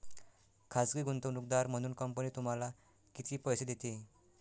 खाजगी गुंतवणूकदार म्हणून कंपनी तुम्हाला किती पैसे देते?